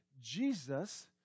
Jesus